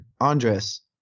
Andres